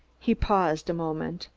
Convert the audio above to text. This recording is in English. he paused a moment.